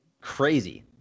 Crazy